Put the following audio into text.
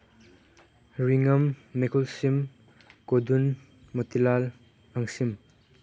ꯔꯤꯡꯉꯝ ꯃꯦꯒꯨꯜꯁꯤꯝ ꯀꯣꯗꯨꯟ ꯃꯨꯇꯤꯂꯥꯜ ꯑꯪꯁꯤꯝ